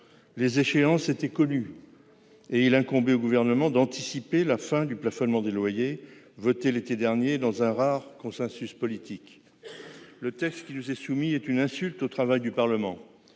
Les échéances étaient connues. Il incombait donc au Gouvernement d'anticiper la fin du plafonnement des loyers voté l'été dernier dans un rare consensus politique. Le texte qui nous est soumis est une insulte au travail du Parlement.